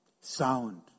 sound